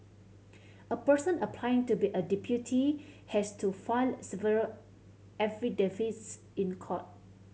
a person applying to be a deputy has to file several affidavits in court